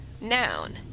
noun